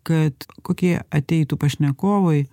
kad kokie ateitų pašnekovai